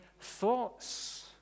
thoughts